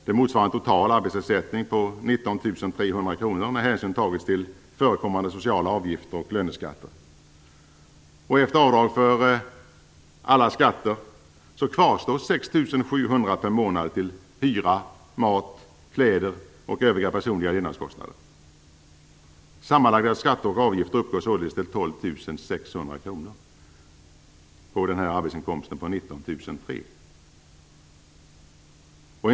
Det motsvarar en total arbetsersättning på 19 300 kr, med hänsyn tagen till förekommande sociala avgifter och löneskatter. Efter avdrag för alla skatter kvarstår 6 700 kr per månad till hyra, mat, kläder och övriga personliga levnadsomkostnader. De sammanlagda skatterna och avgifterna uppgår således till 12 600 kr på den här arbetsinkomsten på 19 300 kr.